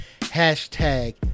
Hashtag